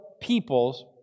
peoples